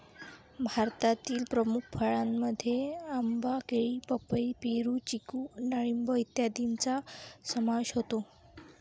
भारतातील प्रमुख फळांमध्ये आंबा, केळी, पपई, पेरू, चिकू डाळिंब इत्यादींचा समावेश होतो